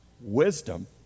Wisdom